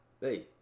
Hey